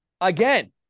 Again